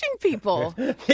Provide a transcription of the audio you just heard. people